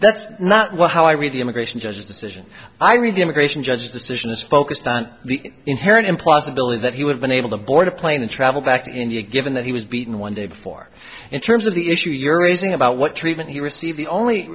that's not what how i read the immigration judge's decision i read the immigration judge decisions focused on the inherent in possibility that he would have been able to board a plane and travel back to india given that he was beaten one day before in terms of the issue you're raising about what treatment he received the only